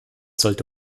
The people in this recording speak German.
sollte